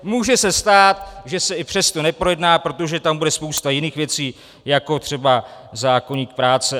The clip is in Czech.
Může se stát, že se i přesto neprojedná, protože tam bude spousta jiných věcí, jako třeba zákoník práce.